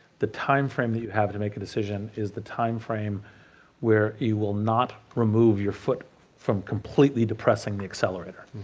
the time frame that you have to make a decision is the time frame where you will not remove your foot from completely depressing the accelerator.